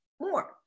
more